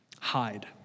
hide